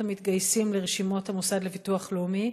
המתגייסים לרשימות המוסד לביטוח לאומי?